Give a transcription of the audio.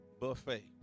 buffet